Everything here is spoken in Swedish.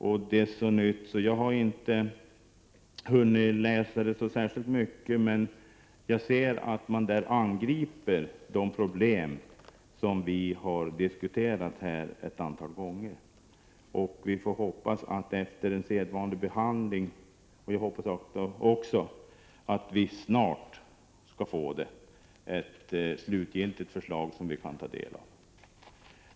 Betänkandet är så nytt att jag inte har hunnit att läsa det så ingående, men jag ser att där angrips de problem som vi har diskuterat här ett antal gånger. Vi får hoppas att vi snart får ett slutgiltigt förslag som vi kan ta del av.